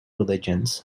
religions